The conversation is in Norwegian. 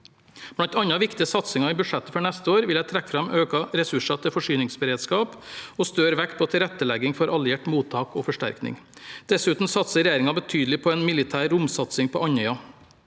Blant andre viktige satsinger i budsjettet for neste år vil jeg trekke fram økte ressurser til forsyningsberedskap og større vekt på tilrettelegging for alliert mottak og forsterkning. Dessuten satser regjeringen betydelig på en militær romsatsing på Andøya.